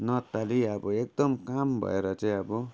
न अत्ताली अब एकदम क्लाम भएर चाहिँ अब